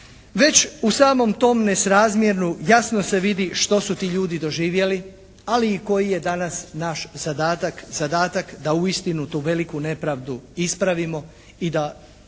Već u samom tom nesrazmjeru jasno se vidi što su ti ljudi doživjeli, ali i koji je danas naš zadatak da uistinu tu veliku nepravdu ispravimo i da